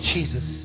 Jesus